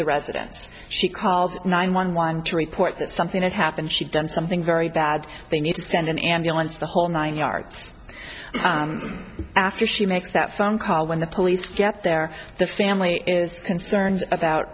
the residence she called nine one one to report that something had happened she done something very bad they need to send an ambulance the whole nine yards after she makes that phone call when the police get there the family is concerned about